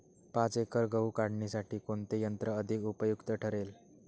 पाच एकर गहू काढणीसाठी कोणते यंत्र अधिक उपयुक्त ठरेल?